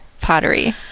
pottery